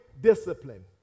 discipline